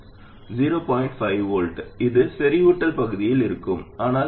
5 V இது செறிவூட்டல் பகுதியில் இருக்கும் ஆனால் அது 1